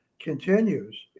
continues